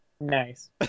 Nice